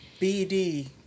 BD